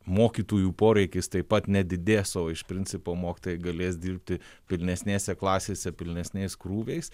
mokytojų poreikis taip pat nedidės o iš principo mokytojai galės dirbti pilnesnėse klasėse pilnesniais krūviais